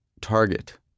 Target